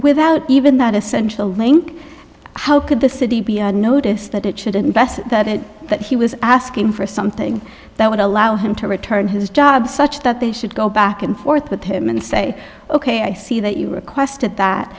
without even that essential link how could the city be on notice that it shouldn't best that it that he was asking for something that would allow him to return his job such that they should go back and forth with him and say ok i see that you requested that